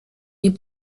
est